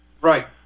Right